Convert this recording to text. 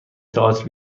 تئاتر